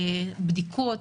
בדיקות,